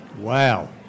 Wow